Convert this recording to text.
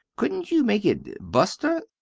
coodnt you make it buster?